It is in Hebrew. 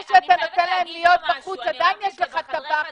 שאתה נותן להם להיות בחוץ עדיין יש לך טבח ומלצרים.